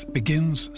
begins